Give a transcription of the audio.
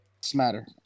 Smatter